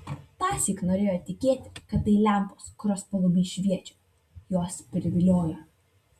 tąsyk norėjo tikėti kad tai lempos kurios paluby šviečia juos priviliojo